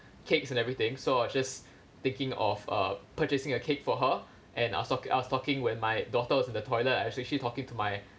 cakes and everything so I was just thinking of uh purchasing a cake for her and I was talki~ I was talking when my daughter was in the toilet I actually talking to my